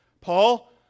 Paul